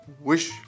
Wish